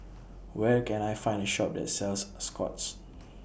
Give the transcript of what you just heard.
Where Can I Find A Shop that sells Scott's